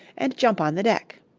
and jump on the deck.